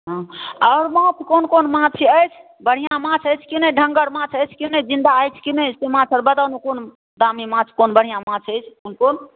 हँ आओर माछ कोन कोन माछ अछि बढ़िआँ माछ अछि कि नहि ढङ्गगर माछ अछि कि नहि जिन्दा अछि कि नहि से माछसभ बताउ ने कोन दामी माछ बढ़िआँ माछ अछि कोन कोन